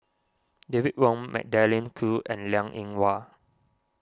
David Wong Magdalene Khoo and Liang Eng Hwa